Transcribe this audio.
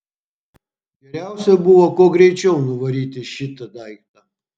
geriausia buvo kuo greičiau nuvaryti šitą daiktą